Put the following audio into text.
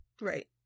Right